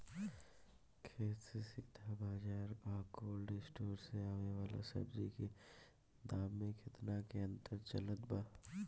खेत से सीधा बाज़ार आ कोल्ड स्टोर से आवे वाला सब्जी के दाम में केतना के अंतर चलत बा?